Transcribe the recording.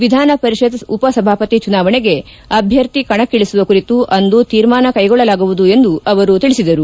ವಿಧಾನ ಪರಿಷತ್ ಉಪ ಸಭಾಪತಿ ಚುನಾವಣೆಗೆ ಅಭ್ಯರ್ಥಿ ಕಣಕ್ಕಳಸುವ ಕುರಿತು ಅಂದು ತೀರ್ಮಾನ ಕೈಗೊಳ್ಳಲಾಗುವುದು ಎಂದು ಅವರು ತಿಳಿಸಿದರು